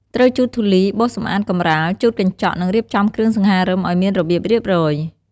ត្រូវជូតធូលី បោសសំអាតកម្រាល ជូតកញ្ចក់ និងរៀបចំគ្រឿងសង្ហារឹមឱ្យមានរបៀបរៀបរយ។